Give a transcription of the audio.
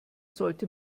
sollte